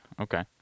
Okay